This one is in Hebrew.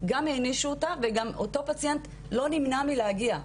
גם הענישו אותה וגם אותו פציינט לא נמנע מלהגיע,